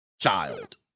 child